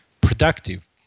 productive